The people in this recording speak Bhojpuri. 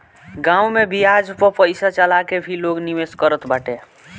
गांव में बियाज पअ पईसा चला के भी लोग निवेश करत बाटे